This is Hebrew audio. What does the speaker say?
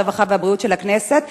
הרווחה והבריאות של הכנסת.